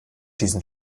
diesen